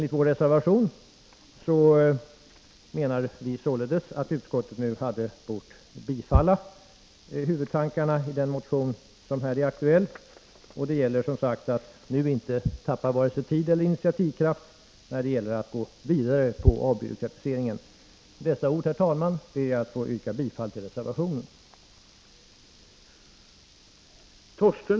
I vår reservation menar vi således att utskottet hade bort bifalla huvudtankarna i den motion som här är aktuell. Det gäller, som sagt, att nu inte tappa vare sig tid eller initiativkraft när det gäller att gå vidare med avbyråkratiseringen. Med dessa ord, herr talman, ber jag att få yrka bifall till reservationen.